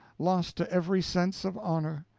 lost to every sense of honor!